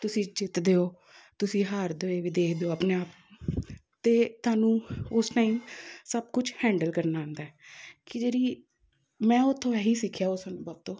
ਤੁਸੀਂ ਜਿੱਤਦੇ ਹੋ ਤੁਸੀਂ ਹਾਰਦੇ ਹੋਏ ਵੀ ਦੇਖਦੇ ਹੋ ਆਪਣੇ ਆਪ ਅਤੇ ਤੁਹਾਨੂੰ ਉਸ ਟਾਈਮ ਸਭ ਕੁਛ ਹੈਂਡਲ ਕਰਨਾ ਆਉਂਦਾ ਹੈ ਕਿ ਜਿਹੜੀ ਮੈਂ ਉੱਥੋ ਇਹੀ ਸਿੱਖਿਆ ਉਸ ਅਨੁਭਵ ਤੋਂ